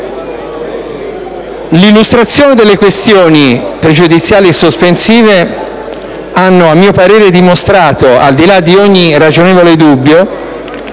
Le illustrazioni delle questioni pregiudiziali e sospensiva hanno a mio parere dimostrato, al di là di ogni ragionevole dubbio,